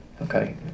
Okay